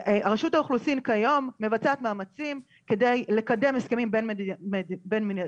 רשות האוכלוסין כיום מבצעת מאמצים כדי לקדם הסכמים בין מדינתיים,